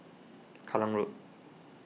Kallang Road